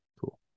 cool